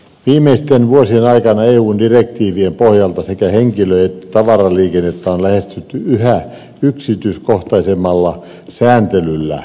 viimeisten vuosien aikana eun direktiivien pohjalta sekä henkilö että tavaraliikennettä on lähestytty yhä yksityiskohtaisemmalla sääntelyllä